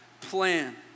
Plan